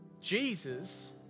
Jesus